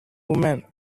woman